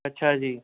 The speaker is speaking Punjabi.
ਅੱਛਾ ਜੀ